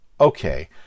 Okay